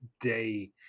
day